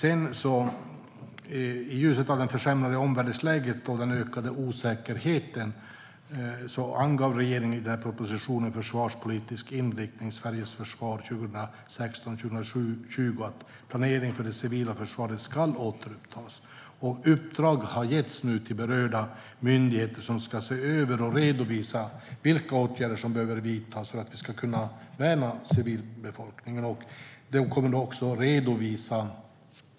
I ljuset av det försämrade omvärldsläget och den ökade osäkerheten angav regeringen i propositionen Försvarspolitisk inriktning - Sveriges försvar 2016 - 2020 att planering för det civila försvaret ska återupptas. Uppdrag har nu getts till berörda myndigheter som ska se över och redovisa vilka åtgärder som behöver vidtas för att vi ska kunna värna civilbefolkningen.